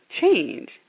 change